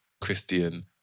Christian